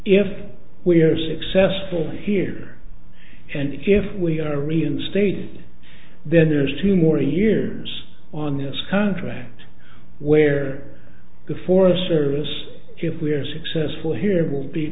if we're successful here and if we are reinstated then there's two more years on this contract where the forest service if we're successful here will be